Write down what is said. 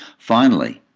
finally,